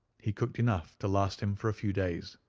he cooked enough to last him for a few days.